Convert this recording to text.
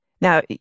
Now